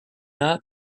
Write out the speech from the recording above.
not